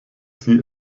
sie